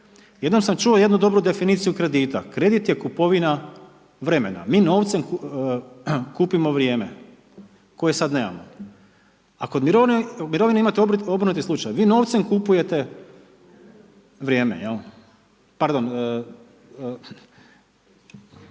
jednom sam čuo jednu dobru definiciju kredita, kredit je kupovina vremena, mi novcem kupimo vrijeme koje sad nemamo, a kod mirovine je obrnuti slučaj vi novcem kupujete vrijeme, jel,